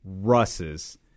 Russ's